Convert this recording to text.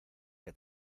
que